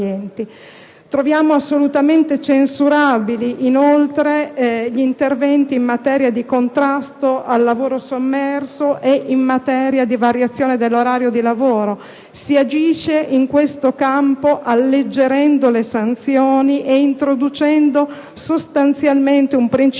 Troviamo censurabili, inoltre, gli interventi in materia di contrasto al lavoro sommerso e di variazione dell'orario di lavoro. Si agisce in questo campo alleggerendo le sanzioni e introducendo un principio